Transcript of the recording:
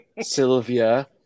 sylvia